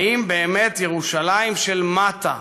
האם באמת ירושלים של מטה,